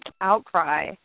outcry